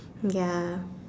ya